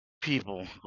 people